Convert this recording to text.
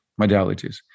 modalities